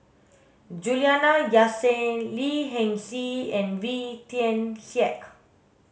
Juliana Yasin Lee Hee Seng and Wee Tian Siak